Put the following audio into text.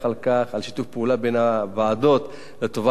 על שיתוף הפעולה בין הוועדות לטובת הציבור,